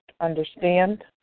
understand